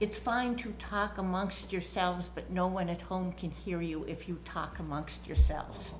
it's fine to talk amongst yourselves but no one at home can hear you if you talk amongst yourselves